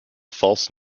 false